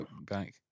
back